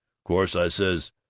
course, i says,